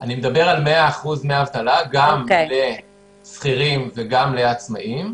אני מדבר על 100% דמי אבטלה גם לשכירים וגם לעצמאים.